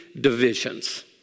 divisions